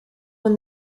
when